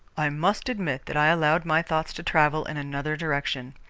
i must admit that i allowed my thoughts to travel in another direction.